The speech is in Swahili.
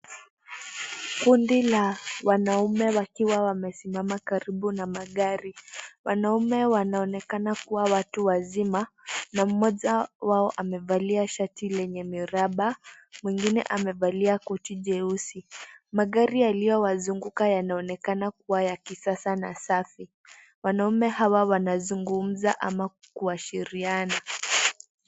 Kundi la wanaume wakiwa wamesimama karibu na magari .Wanaume wanaonekana kuwa watu wazima, na mmoja wao amevalia shati lenye miraba, mwingine amevalia koti jeusi. Magari yaliyowazungukwa yanaonekana kuwa ya kisasa na safi. Wanaume hawa wanazungumza ama kuashiriana.